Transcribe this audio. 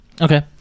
Okay